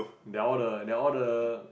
they're all the they're all the